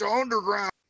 Underground